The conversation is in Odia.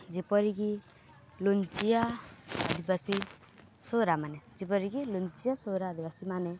ଯେପରିକି ଲୁଞ୍ଚିଆ ଆଦିବାସୀ ସୋରା ମାନେ ଯେପରିକି ଲୁଞ୍ଚିଆ ସୋରା ଆଦିବାସୀମାନେ